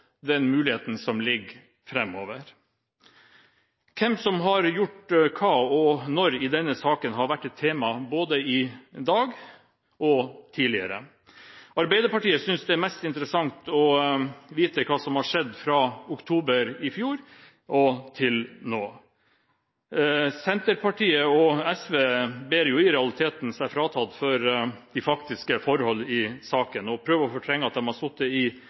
som ligger der framover. Hvem som har gjort hva og når i denne saken, har vært et tema både i dag og tidligere. Arbeiderpartiet synes det er mest interessant å vite hva som har skjedd fra oktober i fjor og fram til nå. Senterpartiet og SV ber seg i realiteten fritatt for de faktiske forhold i saken og prøver å fortrenge at de har sittet i